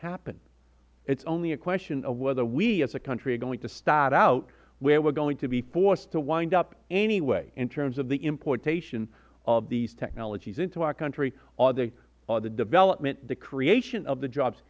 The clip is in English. happen it is only a question of whether we as a country are going to start out where we are going to be forced to wind up anyway in terms of the importation of these technologies into our country or the development the creation of the jobs